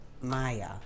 maya